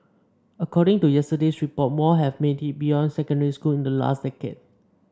according to yesterday's report more have made it beyond secondary school in the last decade